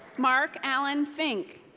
mark allen fink.